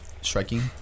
striking